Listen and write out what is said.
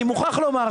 אני מוכרח לומר,